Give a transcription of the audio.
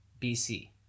BC